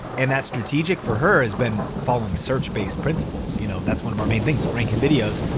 and that strategic for her has been following search-based principles. you know that's one of our main things, ranking videos,